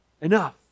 enough